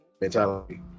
mentality